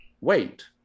Wait